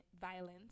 violence